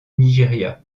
nigeria